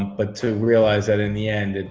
but to realize that in the end, and